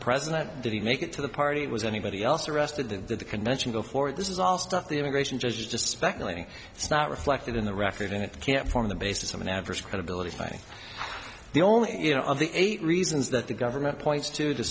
president did he make it to the party was anybody else arrested in the convention before this is all stuff the immigration judge just speculating it's not reflected in the record and it can't form the basis of an adverse credibility finding the only you know of the eight reasons that the government points to to